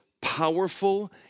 powerful